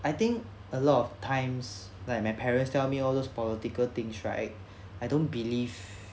I think a lot of times like my parents tell me all those political things right I don't believe